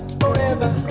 forever